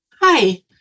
Hi